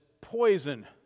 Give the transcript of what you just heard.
poison